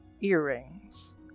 earrings